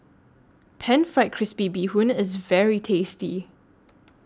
Pan Fried Crispy Bee Bee Hoon IS very tasty